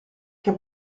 che